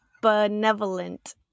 benevolent